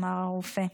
אמר הרופא.